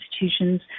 institutions